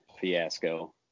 fiasco